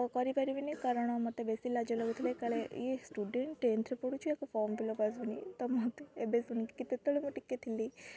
କରିପାରିବିନି କାରଣ ମୋତେ ବେଶୀ ଲାଜ ଲାଗୁ କାଳେ ଇଏ ଷ୍ଟୁଡ଼େଣ୍ଟ ଟେନ୍ଥରେ ପଢ଼ୁଛି ଆକୁ ଫର୍ମ ଫିଲ୍ଅପ୍ ଆସୁନି ତ ମୋତେ ଏବେ ଶୁଣିକି କେତେ ତଳେ ମୁଁ ଟିକେ ଥିଲି